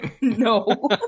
No